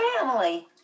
family